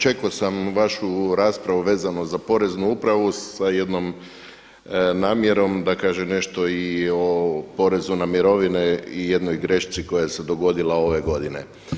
Čekao sam vašu raspravu vezano za Poreznu upravu sa jednom namjerom da kaže nešto i porezu na mirovine i jednoj grešci koja se dogodila ove godine.